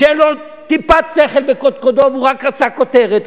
שאין לו טיפת שכל בקודקודו והוא רק רצה כותרת,